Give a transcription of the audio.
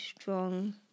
strong